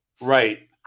Right